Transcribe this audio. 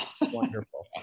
Wonderful